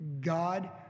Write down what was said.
God